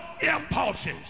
impulses